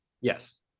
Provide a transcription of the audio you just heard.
Yes